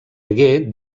hagué